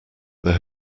there